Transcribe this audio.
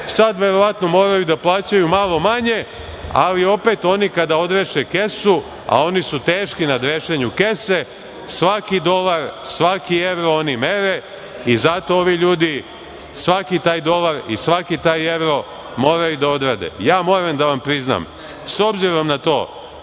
Sada verovatno moraju da plaćaju malo manje, ali opet oni kada odreše kesu, a oni su teški na drešenju kese, svaki dolar, svaki evro oni mere, i zato ovi ljudi svaki taj dolar i svaki taj evro moraju da odrade. Moram da vam priznam, s obzirom na to